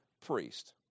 priest